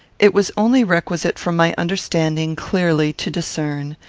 it was only requisite for my understanding clearly to discern,